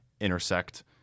intersect